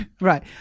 Right